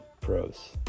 Pro's